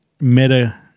meta